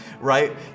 right